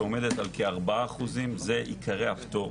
שעומדת על כ-4% מבעלי הפטור,